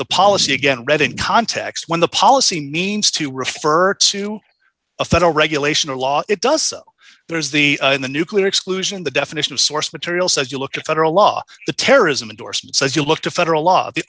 the policy again read in context when the policy means to refer to a federal regulation or law it does so there is the in the nuclear exclusion the definition of source material says you look at federal law the terrorism indorsement says you look to federal law the